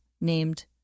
named